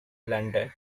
london